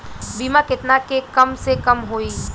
बीमा केतना के कम से कम होई?